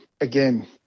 again